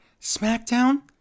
SmackDown